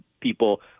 people